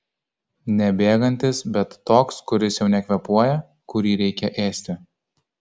ne bėgantis bet toks kuris jau nekvėpuoja kurį reikia ėsti